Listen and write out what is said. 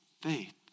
faith